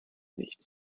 nicht